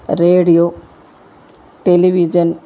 radio television